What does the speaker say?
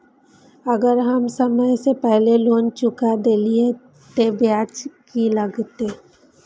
अगर हम समय से पहले लोन चुका देलीय ते ब्याज भी लगते?